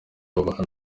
babaha